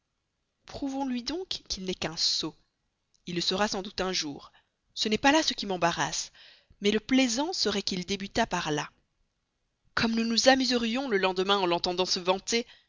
couvent prouvons lui donc qu'il n'est qu'un sot il le sera sans doute un jour ce n'est pas là ce qui m'embarrasse mais le plaisant serait qu'il débutât par là comme nous nous amuserions le lendemain en l'entendant se vanter